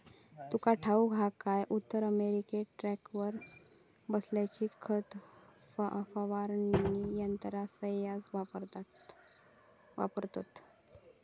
तुका ठाऊक हा काय, उत्तर अमेरिकेत ट्रकावर बसवलेली खत फवारणी यंत्रा सऱ्हास वापरतत